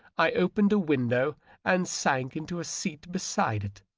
i opened a window and sank into a seat beside it,